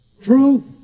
Truth